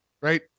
right